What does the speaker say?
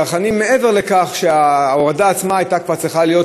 מעבר לכך שההורדה עצמה הייתה כבר צריכה להיות,